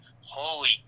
holy